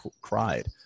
cried